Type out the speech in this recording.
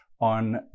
on